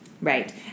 Right